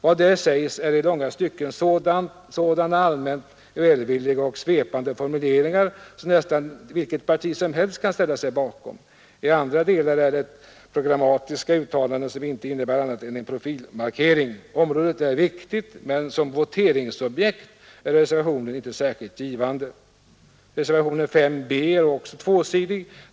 Vad som där sägs är i långa stycken sådana allmänt välvilliga och svepande formuleringar som nästan vilket parti som helst kan ställa sig bakom, men i andra delar är det programmatiska uttalanden som inte innebär något annat än en profilmarkering. Området är viktigt, men som voteringsobjekt är reservationen inte särskilt givande. Reservationen 5 b har också två sidor.